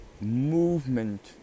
movement